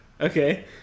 Okay